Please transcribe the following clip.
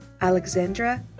Alexandra